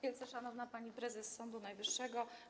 Wielce Szanowna Pani Prezes Sądu Najwyższego!